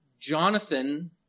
Jonathan